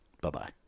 Bye-bye